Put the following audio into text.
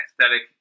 aesthetic